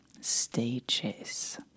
stages